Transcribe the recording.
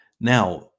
Now